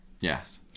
yes